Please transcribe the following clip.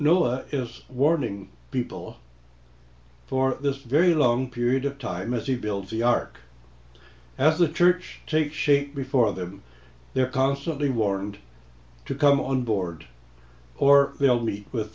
noah is warning people for this very long period of time as he builds the ark as the church takes shape before them they're constantly warned to come on board or they'll be with